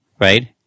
right